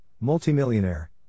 multimillionaire